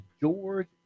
george